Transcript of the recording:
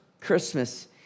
christmas